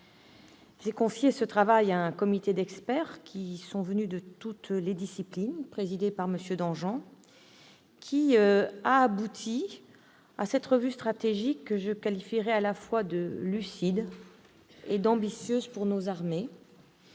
J'ai confié ce travail à un comité d'experts venus de toutes les disciplines et présidé par M. Danjean, qui a abouti à cette revue stratégique à la fois lucide et ambitieuse pour nos armées,